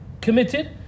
committed